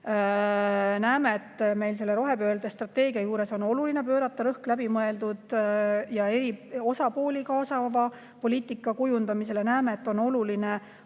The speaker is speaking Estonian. Näeme, et meil rohepöördestrateegia juures on oluline pöörata rõhk läbimõeldud ja eri osapooli kaasava poliitika kujundamisele. Näeme, et on oluline